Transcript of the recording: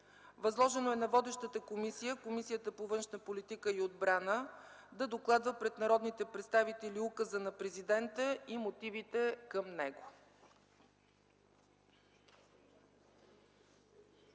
Възложено е на водещата комисия – Комисията по външна политика и отбрана, да докладва пред народните представители указа на президента и мотивите към него.